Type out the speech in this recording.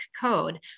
code